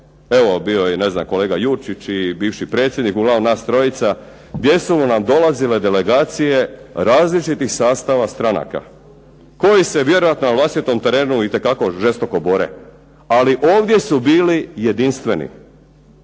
evo bio je ne znam kolega Jurčić i bivši predsjednik, uglavnom nas trojica, gdje su nam dolazile delegacije različitih sastava stranaka koji se vjerojatno na vlastitom terenu itekako žestoko bore, ali ovdje su bili jedinstveni.